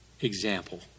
example